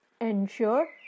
Ensure